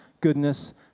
goodness